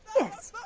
yes.